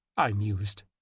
i mused,